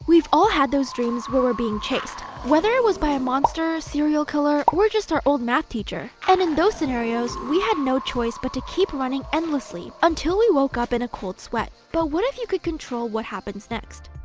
we've all had those dreams where we're being chased, whether it was by a monster, serial killer, or just our old math teacher, and in those scenarios, we had no choice but to keep running endlessly until we woke up in a cold sweat. but what if you could control what happens next?